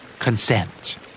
Consent